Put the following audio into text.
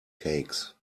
cakes